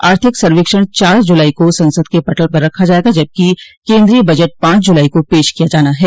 आर्थिक सर्वेक्षण चार जुलाई को संसद के पटल पर रखा जाएगा जबकि केन्द्रीय बजट पांच जुलाई को पेश किया जाना है